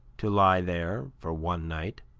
to lie there for one night.